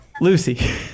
Lucy